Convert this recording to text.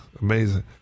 Amazing